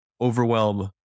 overwhelm